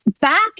back